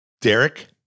Derek